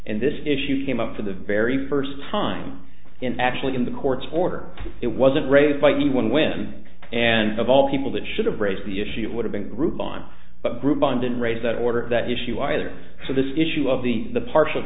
and this issue came up for the very first time in actually in the court's order it wasn't raised by anyone when and of all people that should have raised the issue it would have been group on but groupon didn't raise that order that issue either so this issue of the the partial